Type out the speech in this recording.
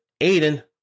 Aiden